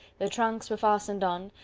the trunks were fastened on,